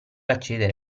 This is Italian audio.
accedere